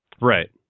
Right